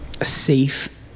safe